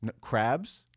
Crabs